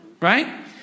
right